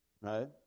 right